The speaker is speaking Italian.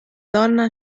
donna